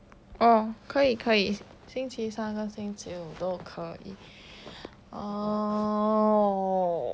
哦可以可以星期三跟星期五都可以哦